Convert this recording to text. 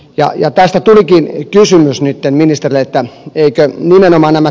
jay ja päästä turkin kiusaa myös miten niinistölle että pelkän ohjelma nämä